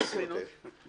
פלוס-מינוס,